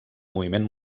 moviment